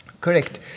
Correct